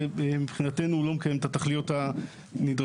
ומבחינתנו לא מקיים את התכליות הנדרשות